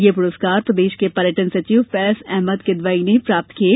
यह पुरस्कार प्रदेश के पर्यटन सचिव फैज अहमद किदवई ने पुरस्कार प्राप्त किये